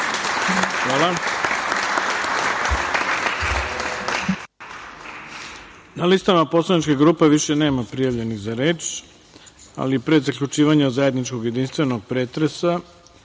Dačić** Na listama poslaničkih grupa više nema prijavljenih za reč. Pre zaključivanja zajedničkog jedinstvenog pretresa